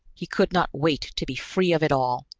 he could not wait to be free of it all.